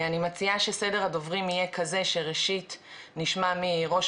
אני מציעה שסדר הדוברים יהיה כזה שראשית נשמע מראש